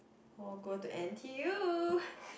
or go to n_t_u